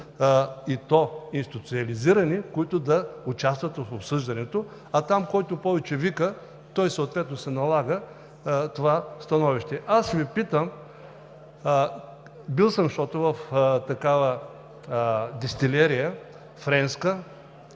и то институциализирани, които да участват в обсъждането, а там, който повече вика, той съответно налага това становище. Аз Ви питам, защото съм бил в такава френска